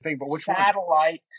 Satellite